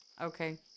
Okay